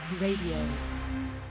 Radio